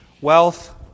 wealth